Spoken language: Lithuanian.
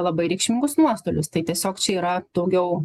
labai reikšmingus nuostolius tai tiesiog čia yra daugiau